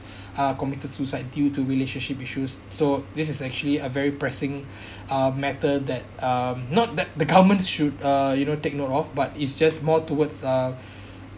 uh committed suicide due to relationship issues so this is actually a very pressing uh matter that um not that the government should uh you know take note of but it's just more towards uh